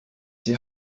die